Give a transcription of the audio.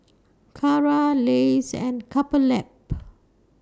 Kara Lays and Couple Lab